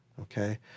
okay